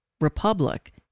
republic